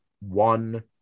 one